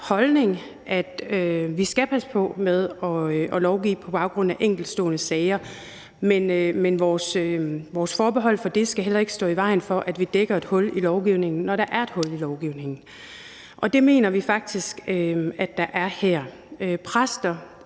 holdning, at vi skal passe på med at lovgive på baggrund af enkeltstående sager, men vores forbeholdenhed skal heller ikke stå i vejen for, at vi dækker et hul i lovgivningen, når der er et hul i lovgivningen, og det mener vi faktisk at der er her. Præster